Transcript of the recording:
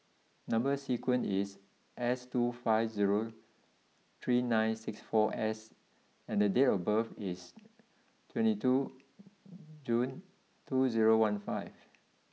number sequence is S two five zero three nine six four S and date of birth is twenty two June two zero one five